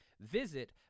Visit